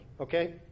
Okay